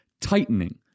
tightening